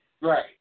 Right